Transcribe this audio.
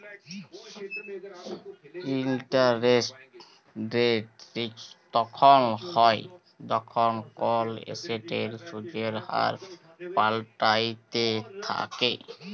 interest rate risk তখল হ্যয় যখল কল এসেটের সুদের হার পাল্টাইতে থ্যাকে